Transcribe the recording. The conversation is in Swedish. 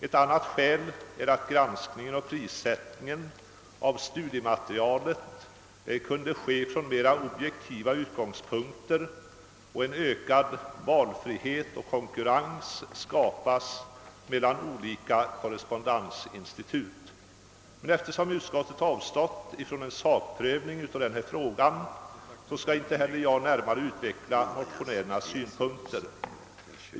Ett annat skäl är att granskningen av och prissättningen på studiematerialet skulle kunna ske från mera objektiva utgångspunkter och en ökad valfrihet och konkurrens skapas mellan olika korrespondensinstitut. Eftersom utskottet avstått från en sakprövning av denna fråga skall jag inte närmare wutveckla motionärernas synpunkter.